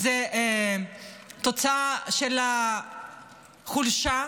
זה תוצאה של חולשה,